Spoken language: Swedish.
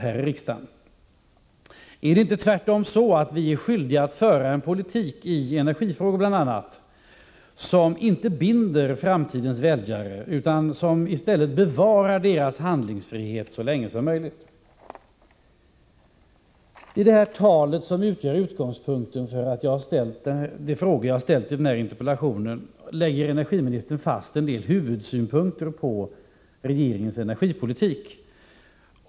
Är vi inte tvärtom skyldiga att föra en politik i bl.a. energifrågor som inte binder framtidens väljare, utan som i stället bevarar deras handlingsfrihet så länge som möjligt? I det tal som utgör utgångspunkten för de frågor som jag ställt i interpellationen lägger energiministern fast en del huvudsynpunkter på regeringens energipolitik.